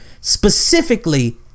specifically